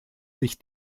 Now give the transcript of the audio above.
sich